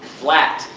flat,